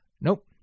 Nope